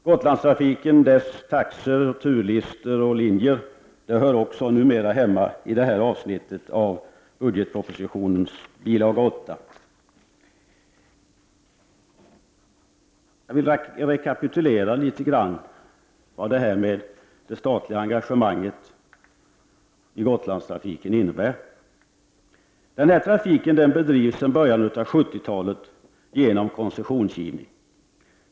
Gotlandstrafiken, dess taxor, turlistor och linjer hör numera hemma i detta avsnitt av budgetpropositionens bilaga 8. Jag vill något rekapitulera vad det statliga engagemanget i Gotlandstrafiken innebär. Gotlandstrafiken bedrivs sedan början av 70-talet genom koncessionsgivning.